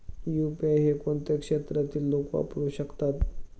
UPI हे कोणत्या क्षेत्रातील लोक वापरू शकतात?